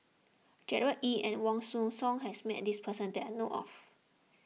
Gerard Ee and Wong Hong Suen has met this person that I know of